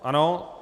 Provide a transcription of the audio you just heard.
Ano.